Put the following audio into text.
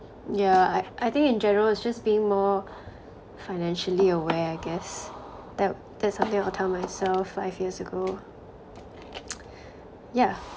ya I I think in general it's just being more financially aware I guess that that's something I'll tell myself five years ago yeah